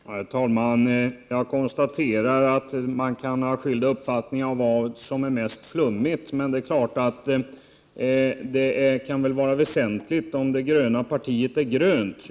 Herr talman! Jag konstaterar att man kan ha skilda uppfattningar om vad som är mest flummigt, men det är klart att det är väsentligt att det gröna partiet är grönt.